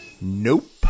Nope